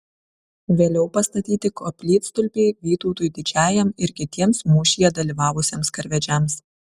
vėliau pastatyti koplytstulpiai vytautui didžiajam ir kitiems mūšyje dalyvavusiems karvedžiams